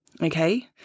Okay